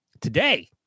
Today